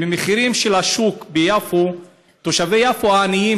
במחירים של השוק ביפו תושבי יפו העניים,